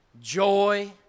joy